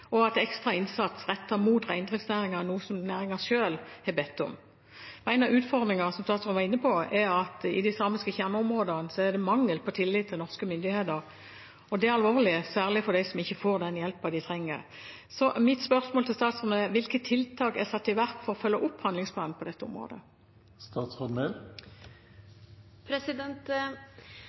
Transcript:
og at ekstra innsats rettet mot reindriftsnæringen er noe næringen selv har bedt om. En av utfordringene, som statsråden var inne på, er at i de samiske kjerneområdene er det mangel på tillit til norske myndigheter. Det er alvorlig, særlig for dem som ikke får den hjelpen de trenger. Så mitt spørsmål til statsråden er: Hvilke tiltak er satt i verk for å følge opp handlingsplanen på dette området?